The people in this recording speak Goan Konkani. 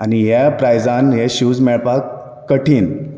आनी ह्या प्रायजान हे शूज मेळपाक कठीन